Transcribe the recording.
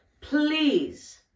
please